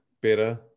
better